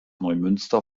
neumünster